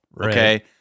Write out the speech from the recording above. okay